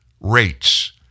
rates